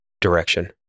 direction